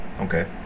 Okay